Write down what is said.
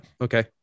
okay